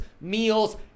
meals